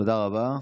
תודה רבה.